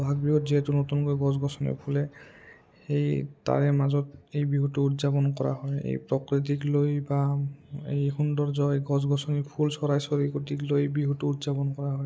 বহাগ বিহুত যিহেতু নতুনকৈ গছ গছনিয়ে ফুলে সেই তাৰে মাজত এই বিহুটো উদযাপন কৰা হয় এই প্ৰকৃতিক লৈ বা এই সুন্দৰ্যই গছ গছনি ফুল চৰাই চিৰিকটিক লৈ এই বিহুটো উদযাপন কৰা হয়